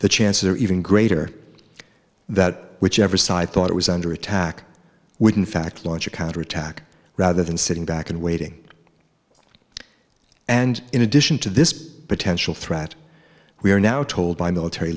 the chances are even greater that whichever side thought it was under attack would in fact launch a counterattack rather than sitting back and waiting and in addition to this potential threat we are now told by military